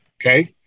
Okay